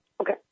Okay